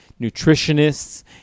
nutritionists